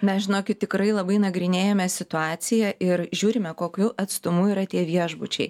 mes žinokit tikrai labai nagrinėjamės situaciją ir žiūrime kokiu atstumu yra tie viešbučiai